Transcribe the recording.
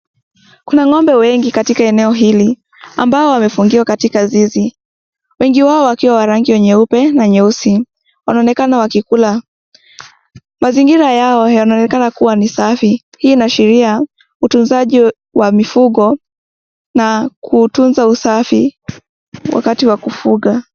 Kuna ngombe wengi katika eneo hili ambao wamefungiwa katika zizi, wengi wao wakiwa wa rangi nyeupe na nyeusi wanaonekana wakikula. Mazingira yao yanaoenekana kuwa ni safi. Hii inaashiria utunzaji wa mifugo na kutunza usafi wakati wa kufuga.